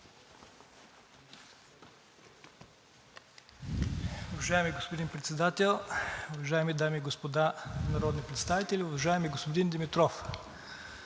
Уважаеми господин Председател, уважаеми дами и господа народни представители! Уважаеми господин Димитров,